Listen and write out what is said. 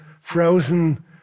frozen